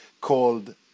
called